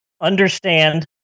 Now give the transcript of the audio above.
understand